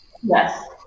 Yes